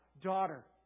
daughter